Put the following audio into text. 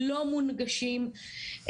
לא מונגשים.